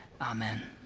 Amen